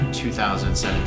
2017